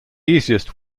easiest